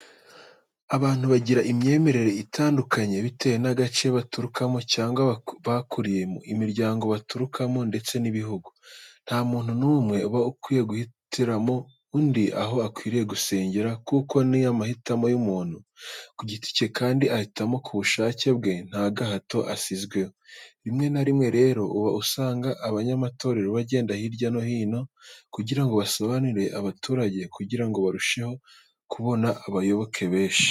Abantu bagira imyemerere itandukanye bitewe n'agace baturukamo cyangwa bakuriyemo, imiryango baturukamo ndetse n'ibihugu. Nta muntu n'umwe uba ukwiye guhitiramo undi aho akwiriye gusengera kuko ni amahitamo y'umuntu ku giti cye kandi ahitamo ku bushake bwe nta gahato asizweho. Rimwe na rimwe rero uba usanga abanyamatorero bagenda hirya no hino kugirango basobanurire abaturage kugirango barusheho kubona abayoboke benshi.